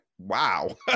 wow